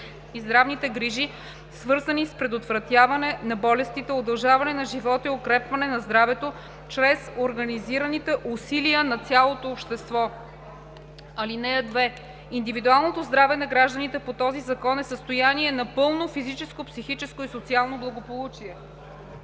и здравните грижи, свързани с предотвратяване на болестите, удължаване на живота и укрепване на здравето чрез организираните усилия на цялото общество. (2) Индивидуалното здраве на гражданите по този закон е състояние на пълно физическо, психическо и социално благополучие.